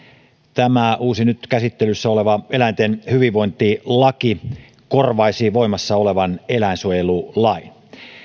tämä uusi nyt käsittelyssä oleva eläinten hyvinvointilaki korvaisi voimassa olevan eläinsuojelulain